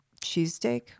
cheesesteak